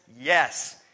yes